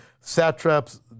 satraps